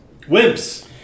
Wimps